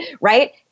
right